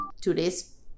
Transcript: Today's